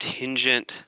contingent